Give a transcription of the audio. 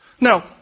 Now